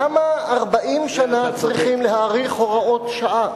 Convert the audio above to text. למה 40 שנה צריך להאריך הוראות שעה?